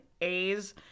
A's